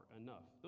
enough